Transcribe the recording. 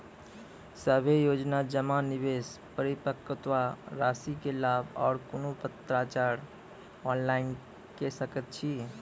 सभे योजना जमा, निवेश, परिपक्वता रासि के लाभ आर कुनू पत्राचार ऑनलाइन के सकैत छी?